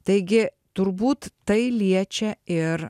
taigi turbūt tai liečia ir